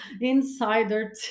insider